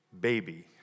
baby